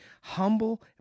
humble